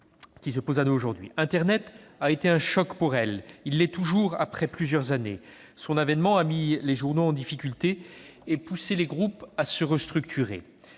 qui se pose à nous aujourd'hui. Internet, pour elle, a été un choc ; il l'est toujours, après plusieurs années. Son avènement a mis les journaux en difficulté et a poussé les groupes à se restructurer.